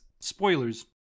spoilers